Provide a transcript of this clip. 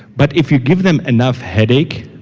but if you give them enough headache,